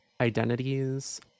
identities